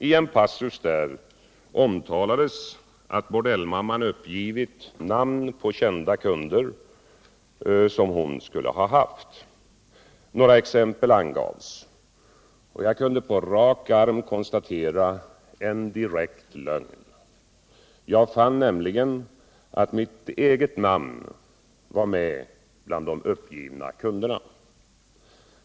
I en passus där omtalades att bordellmamman uppgivit namn på kända kunder som hon skulle ha haft. Några exempel angavs. Jag kunde på rak arm konstatera en direkt lögn. Jag fann nämligen att mitt cgct namn var med bland de uppgivna kunderna.